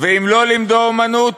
ואם לא לימדו אומנות,